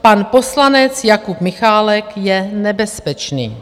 Pan poslanec Jakub Michálek je nebezpečný!